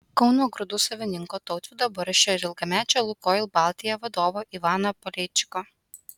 kauno grūdų savininko tautvydo barščio ir ilgamečio lukoil baltija vadovo ivano paleičiko